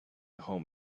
home